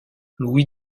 louis